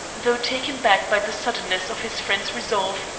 though taken back by the suddenness of his friend's resolve,